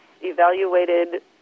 evaluated